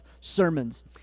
sermons